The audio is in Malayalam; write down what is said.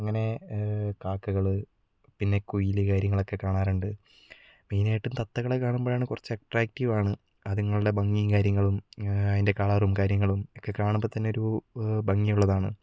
അങ്ങനെ കാക്കകൾ പിന്നെ കുയിൽ കാര്യങ്ങളൊക്കെ കാണാറുണ്ട് മെയിൻ ആയിട്ട് തത്തകളെ കാണുമ്പോഴാണ് കുറച്ചു അട്രാക്ടീവ് ആണ് അതുങ്ങളുടെ ഭംഗിയും കാര്യങ്ങളും അതിൻ്റെ കളറും കാര്യങ്ങളും ഒക്കെ കാണുമ്പോൾ തന്നെ ഒരു ഭംഗി ഉള്ളതാണ്